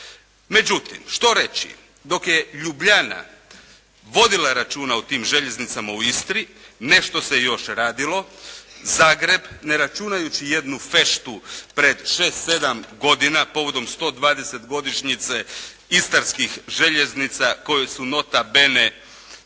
Međutim, što reći? Dok je Ljubljana vodila računa o tim željeznicama u Istri nešto se još radilo. Zagreb, ne računajući jednu feštu pred šest, sedam godina povodom 120 godišnjice istarskih željeznica koje su nota bene